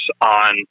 on